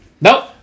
Nope